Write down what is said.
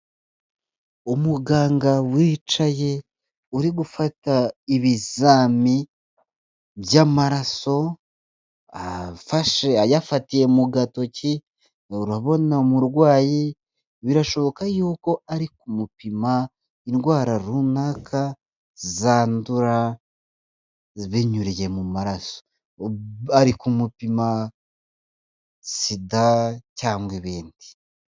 Umuganga wicaye uri gufata ibizami by'amaraso, ayafatiye mu gatoki urabona umurwayi, birashoboka y'uko ari kumupima indwara runaka zandura binyuriye mu maraso ari mupima sida cyangwa ibindi.